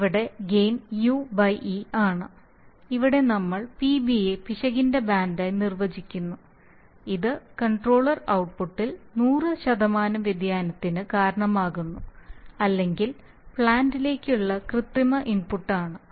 ഇവിടെ gain ue ആണ് ഇവിടെ നമ്മൾ PB യെ പിശകിന്റെ ബാൻഡായി നിർവചിക്കുന്നു ഇത് കൺട്രോളർ ഔട്ട്പുട്ടിൽ നൂറു ശതമാനം വ്യതിയാനത്തിന് കാരണമാകുന്നു അല്ലെങ്കിൽ പ്ലാന്റിലേക്കുള്ള കൃത്രിമ ഇൻപുട്ട് ആണ്